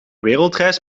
wereldreis